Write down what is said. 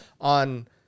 on